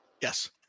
Yes